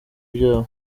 ryabo